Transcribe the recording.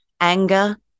anger